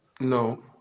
No